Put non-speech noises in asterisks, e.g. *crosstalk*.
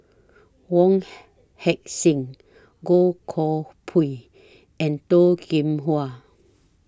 Wong *noise* Heck Sing Goh Koh Pui and Toh Kim Hwa